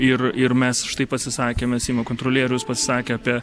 ir ir mes štai pasisakėme seimo kontrolierius pasakė apie